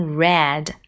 red